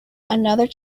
another